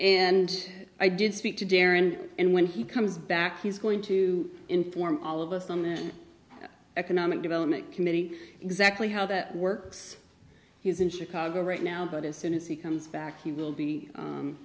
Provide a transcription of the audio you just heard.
and i did speak to deron and when he comes back he's going to inform all of us on the economic development committee exactly how that works he is in chicago right now but as soon as he comes back he will be